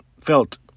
felt